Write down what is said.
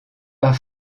par